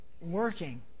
working